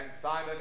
Simon